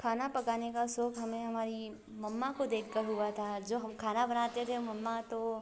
खाना पकाने का शौक़ हमें हमारी मम्मा को देख कर हुआ था जो खाना बनाते थे मम्मा तो